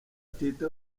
batita